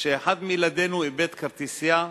כשאחד מילדינו איבד כרטיסייה,